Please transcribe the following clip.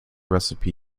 recipe